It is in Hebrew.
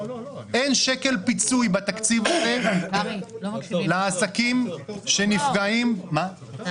אין שקל פיצוי בתקציב הזה לעסקים שנפגעים --- קרעי,